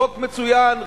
חוק מצוין,